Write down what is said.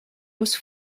was